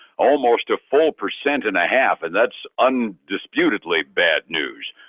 almost a full percent and a half, and that's undisputedly bad news.